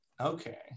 Okay